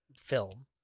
film